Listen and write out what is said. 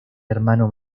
hermano